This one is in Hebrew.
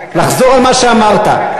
לחזור על מה שאמרת,